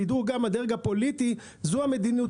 שיידעו גם בדרג הפוליטי מה המדיניות